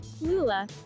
Lula